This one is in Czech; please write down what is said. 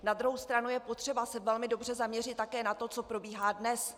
Na druhou stranu je potřeba se velmi dobře zaměřit také na to, co probíhá dnes.